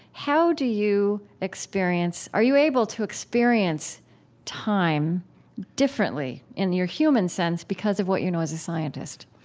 how do you experience are you able to experience time differently in your human sense because of what you know as a scientist?